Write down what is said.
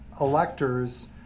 electors